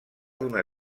d’una